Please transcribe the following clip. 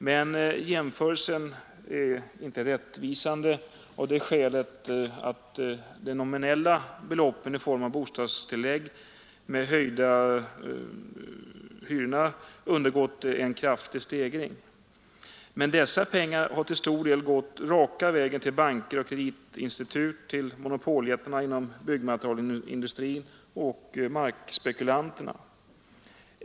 Men jämförelsen är inte rättvisande, av det skälet att de nominella beloppen för bostadstillägg undergår en kraftig stegring när hyrorna höjs. Dessa pengar har till stor del gått raka vägen till banker, kreditinstitut, monopoljättarna inom byggnadsmaterialindustrin och till markspekulanterna.